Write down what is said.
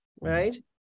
Right